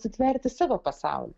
sutverti savo pasaulį